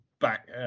Back